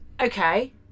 Okay